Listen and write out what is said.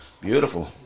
beautiful